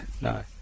no